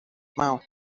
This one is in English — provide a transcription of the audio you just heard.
mouth